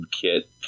kit